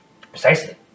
Precisely